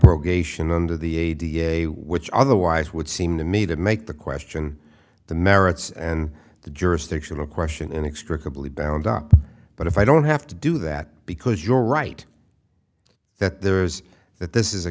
abrogation under the a da which otherwise would seem to me that make the question the merits and the jurisdictional question inextricably bound up but if i don't have to do that because you're right that there's that this is a